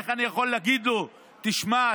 איך אני יכול להגיד לו: תשמע,